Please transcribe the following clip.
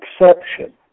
exception